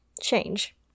change